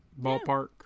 Ballpark